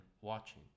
watching